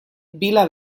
vila